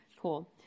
Cool